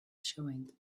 showing